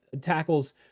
tackles